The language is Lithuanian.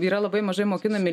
yra labai mažai mokinami